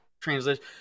translation